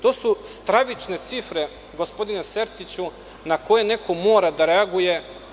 To su stravične cifre, gospodine Sertiću, na koje neko mora da reaguje.